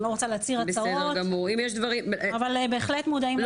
לא רוצה להצהיר הצהרות אבל בהחלט מודעים לפעילות שלו.